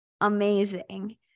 amazing